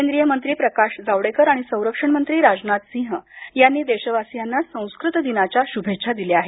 केंद्रीय मंत्री प्रकाश जावडेकर आणि संरक्षण मंत्री राजनाथ सिंह यांनी देशवासियांना संस्कृत दिनाच्या शुभेच्छा दिल्या आहेत